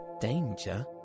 Danger